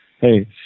Hey